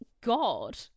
god